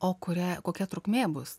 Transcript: o kuria kokia trukmė bus